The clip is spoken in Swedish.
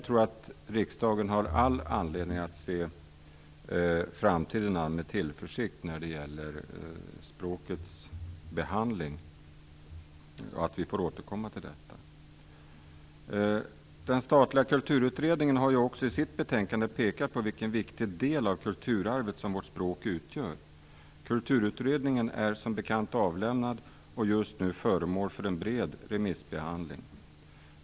Riksdagen har all anledning att se framtiden an med tillförsikt när det gäller språkets behandling. Vi får återkomma till frågan. Den statliga kulturutredningen har också i sitt betänkande pekat på vilken viktig del av kulturarvet som vårt språk utgör. Kulturutredningens betänkande är som bekant avlämnat och är nu föremål för en bred remissbehandling.